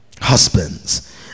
husbands